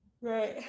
right